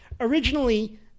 originally